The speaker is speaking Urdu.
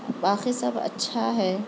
باقی سب اچھا ہے